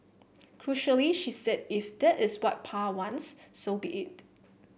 crucially she said if that is what Pa wants so be it